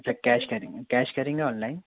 अच्छा कैश करेंगे कैश करेंगे या ऑनलाइन